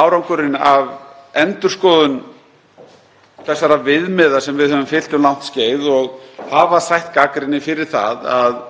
árangurinn af endurskoðun þessara viðmiða sem við höfum fylgt um langt skeið og hafa sætt gagnrýni fyrir það að